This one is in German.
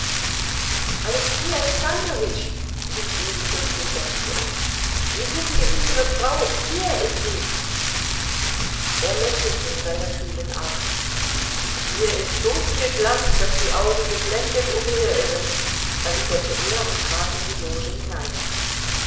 alexei alexandrowitsch rief ihn die fürstin betsy an sie suchen gewiß ihre frau hier ist sie er lächelte in seiner kühlen art hier ist so viel glanz daß die augen geblendet umherirren erwiderte er und trat in die loge hinein